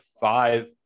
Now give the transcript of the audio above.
five